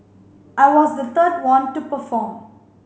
I was the third one to perform